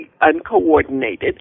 uncoordinated